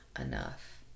enough